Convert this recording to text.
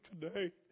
today